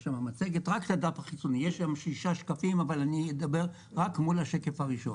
יש שם 6 שקפים אבל אני אדבר רק מול השקף הראשון.